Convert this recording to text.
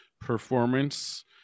performance